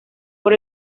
por